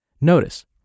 Notice